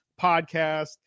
podcast